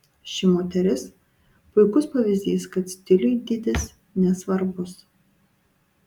ši moteris puikus pavyzdys kad stiliui dydis nesvarbus